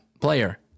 player